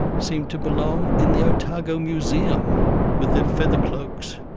seemed to belong in the otago museum with their feather cloaks,